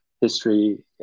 history